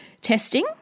testing